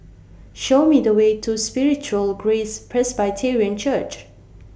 Show Me The Way to Spiritual Grace Presbyterian Church